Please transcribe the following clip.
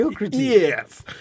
Yes